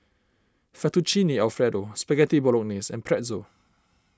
Fettuccine Alfredo Spaghetti Bolognese and Pretzel